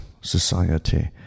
society